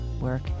work